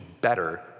better